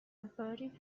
averting